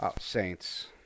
Saints